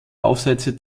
aufsätze